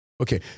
Okay